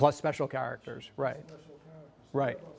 plus special characters right right